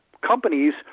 companies